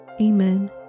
Amen